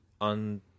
on